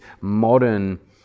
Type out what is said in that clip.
modern